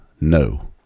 No